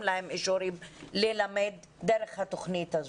להם אישורים ללמד דרך התוכנית הזאת.